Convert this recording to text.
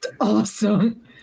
Awesome